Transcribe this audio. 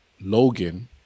Logan